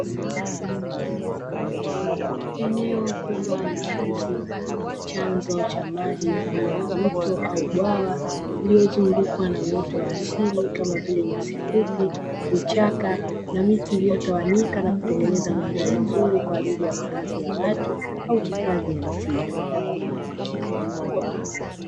Eneo kubwa la wazi lenye chanzo cha maji mfano wa mto au bwawa lililozungukwa na uoto wa asili kama vile nyasi fupi, vichaka na miti iliyotawanyika na kutengeneza mandhari nzuri kwa ajili ya makazi ya watu au hifadhi ya misitu.